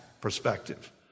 perspective